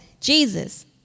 Jesus